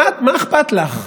מה אכפת לך?